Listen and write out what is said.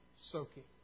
soaking